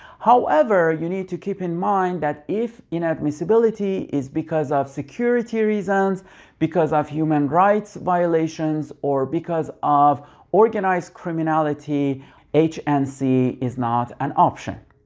however, you need to keep in mind that if inadmissibility is because of security reasons because of human rights violations or because of organized criminality h and c is not an option